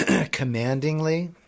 commandingly